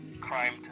crime